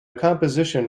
composition